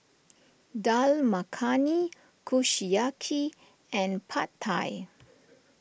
Dal Makhani Kushiyaki and Pad Thai